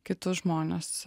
kitus žmones